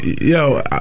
yo